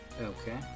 Okay